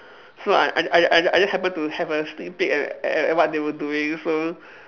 so I I I I I just happen to have a sneak peek at at what they were doing so